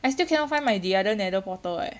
I still cannot find my the other nether portal eh